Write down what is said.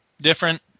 different